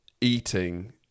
eating